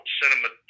cinema